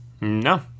no